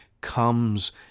comes